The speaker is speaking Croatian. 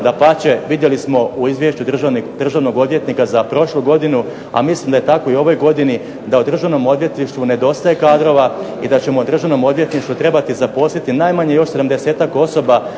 dapače vidjeli smo u Izvješću Državnog odvjetnika za prošlu godinu, a mislim da je tako i u ovoj godini da u Državnom odvjetništvu nedostaje kadrova i da ćemo u Državnom odvjetništvu trebati zaposliti najmanje još 70-ak osoba